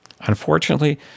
Unfortunately